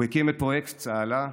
הוא הקים את פרויקט "צהלה"